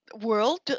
World